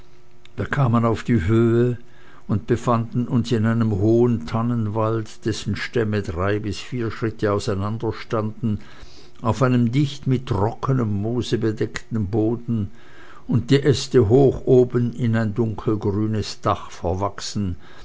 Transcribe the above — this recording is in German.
wir kamen auf die höhe und befanden uns in einem hohen tannenwald dessen stämme drei bis vier schritte auseinander standen auf einem dicht mit trockenem moose bedeckten boden und die äste hoch oben in ein dunkelgrünes dach verwachsen